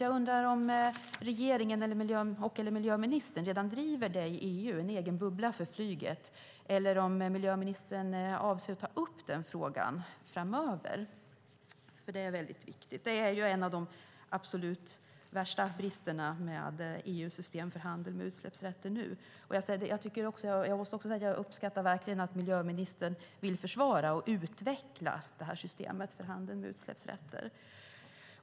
Jag undrar om regeringen och miljöministern redan driver frågan om en egen bubbla för flyget i EU eller om miljöministern avser att ta upp denna fråga framöver, för det är viktigt. Det är en av de värsta bristerna med EU:s system för handel med utsläppsrätter nu. Jag uppskattar dock att miljöministern vill försvara och utveckla systemet för handeln med utsläppsrätter.